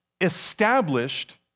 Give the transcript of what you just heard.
established